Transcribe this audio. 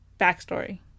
Backstory